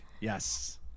Yes